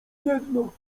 jedno